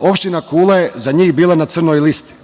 opština Kula je za njih bila na crnoj listi.